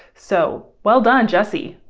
so well done, jesse.